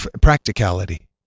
practicality